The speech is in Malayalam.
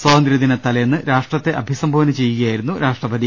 സ്വാതന്ത്ര്യദിന തലേന്ന് രാഷ്ട്ര ത്തെ അഭിസംബോധന ചെയ്യുകയായിരുന്നു രാഷ്ട്രപതി